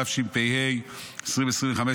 התשפ"ה 2025,